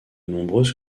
nombreuses